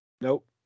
Nope